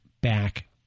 back